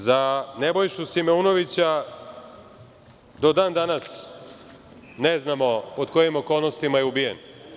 Za Nebojšu Simeunovića, do dan danas, ne znamo pod kojim okolnostima je ubijen.